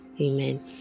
Amen